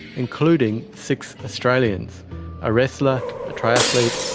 including six australians a wrestler, a triathlete,